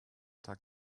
tag